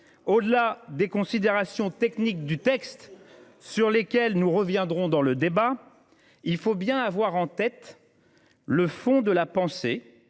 Au delà des considérations techniques que contient ce texte, sur lesquelles nous reviendrons au cours du débat, il faut bien avoir en tête le fond de la pensée